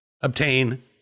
obtain